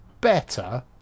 better